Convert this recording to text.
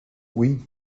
oui